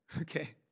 okay